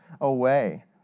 away